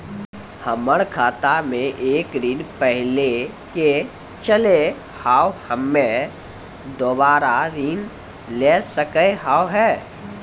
हमर खाता मे एक ऋण पहले के चले हाव हम्मे दोबारा ऋण ले सके हाव हे?